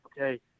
okay